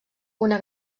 una